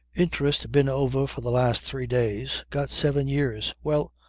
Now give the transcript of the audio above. interest been over for the last three days. got seven years. well,